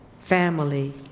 family